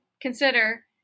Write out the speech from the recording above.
consider